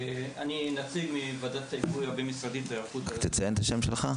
אני נציג מוועדת ההיגוי הבין-משרדית להיערכות לרעידות אדמה.